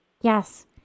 Yes